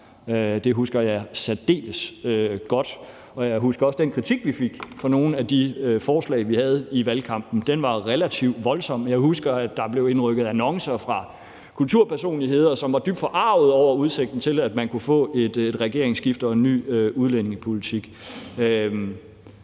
Det husker jeg særdeles godt. Jeg husker også den kritik, vi fik for nogle af de forslag, vi havde i valgkampen. Den var relativt voldsom. Jeg husker, at der blev indrykket annoncer fra kulturpersonligheder, som var dybt forargede over udsigten til, at man kunne få et regeringsskifte og en ny udlændingepolitik.